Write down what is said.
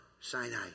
Sinai